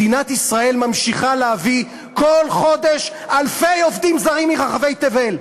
מדינת ישראל ממשיכה להביא כל חודש אלפי עובדים זרים מרחבי תבל,